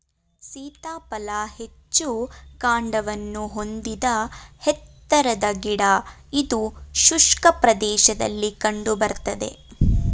ಸೀತಾಫಲ ಹೆಚ್ಚು ಕಾಂಡವನ್ನು ಹೊಂದಿದ ಎತ್ತರದ ಗಿಡ ಇದು ಶುಷ್ಕ ಪ್ರದೇಶದಲ್ಲಿ ಕಂಡು ಬರ್ತದೆ